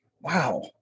wow